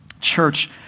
Church